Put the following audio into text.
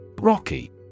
Rocky